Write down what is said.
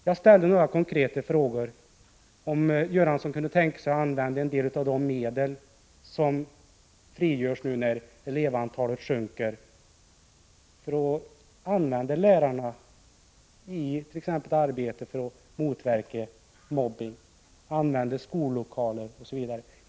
Jag ställde några konkreta frågor, t.ex. om Bengt Göransson kunde tänka sig att använda en del av de medel som frigörs när elevantalet sjunker för att lärarna skall kunna ta del i arbetet med att motverka mobbning och så att man även kan använda skollokaler.